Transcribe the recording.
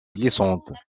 glissante